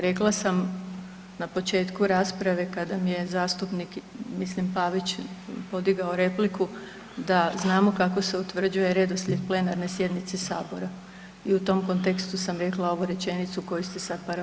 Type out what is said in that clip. Rekla sam na početku rasprave kada mi je zastupnik, mislim Pavić podigao repliku da znamo kako se utvrđuje redoslijed plenarne sjednice Sabora i u tom kontekstu sam rekla ovu rečenicu koju ste sad parafrazirali.